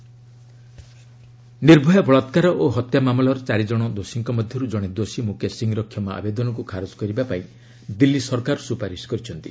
ନିର୍ଭୟା ନିର୍ଭୟା ବଳାକ୍କାର ଓ ହତ୍ୟା ମାମଲାର ଚାରି କଣ ଦୋଷୀଙ୍କ ମଧ୍ୟରୁ ଜଣେ ଦୋଷୀ ମୁକେଶ ସିଂର କ୍ଷମା ଆବେଦନକୁ ଖାରଜ କରିବାପାଇଁ ଦିଲ୍ଲୀ ସରକାର ସୁପାରିସ କରିଛନ୍ତି